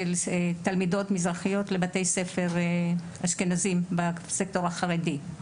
תלמידות מזרחיות לבתי ספר אשכנזיים בסקטור החרדי.